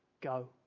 go